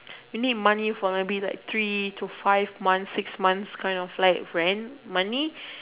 you need money for like be the three to five months six months kind of like friend money